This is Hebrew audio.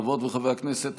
חברות וחברי הכנסת,